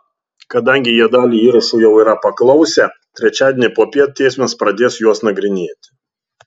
kadangi jie dalį įrašų jau yra paklausę trečiadienį popiet teismas pradės juos nagrinėti